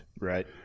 Right